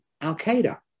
Al-Qaeda